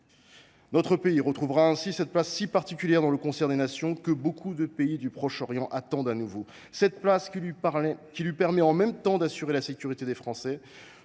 Notre pays retrouvera ainsi cette place si particulière dans le concert des nations que beaucoup de pays du Proche Orient attendent de nouveau ; cette place qui lui permet en même temps d’assurer la sécurité des Français,